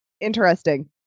interesting